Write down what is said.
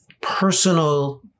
personal